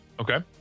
okay